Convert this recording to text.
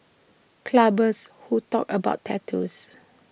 clubbers who talk about tattoos